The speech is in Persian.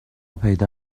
پیدا